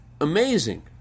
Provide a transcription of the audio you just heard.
amazing